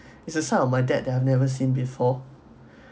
it's a side of my dad I have never seen before